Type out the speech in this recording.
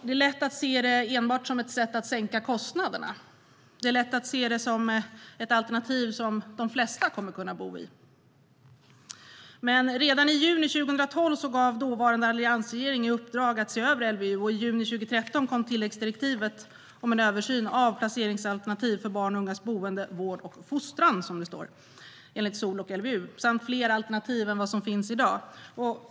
Det är lätt att se förslaget enbart som ett sätt att sänka kostnaderna, alternativt ett boende som de flesta kan bo i. Redan i juni 2012 gav dåvarande alliansregeringen i uppdrag att se över LVU, och i juni 2013 kom tilläggsdirektivet för en översyn av placeringsalternativ för barns och ungas boende, vård och fostran enligt SoL och LVU, samt till fler alternativ än vad som finns i dag.